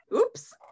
oops